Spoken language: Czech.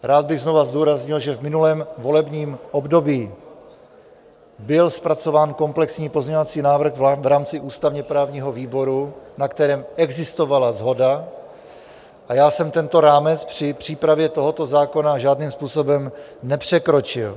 Rád bych znovu zdůraznil, že v minulém volebním období byl zpracován komplexní pozměňovací návrh v rámci ústavněprávního výboru, na kterém existovala shoda, a já jsem tento rámec při přípravě tohoto zákona žádným způsobem nepřekročil.